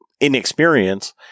inexperience